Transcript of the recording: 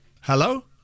Hello